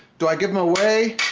do i give em away?